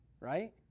right